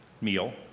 meal